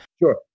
Sure